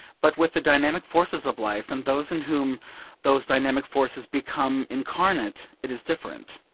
but with the dynamic forces of life, and those in whom those dynamic forces become incarnate, it is different.